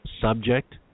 subject